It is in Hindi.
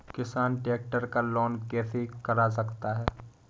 किसान ट्रैक्टर का लोन कैसे करा सकता है?